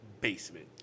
basement